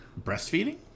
Breastfeeding